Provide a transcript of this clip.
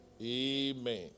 Amen